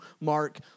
Mark